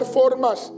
formas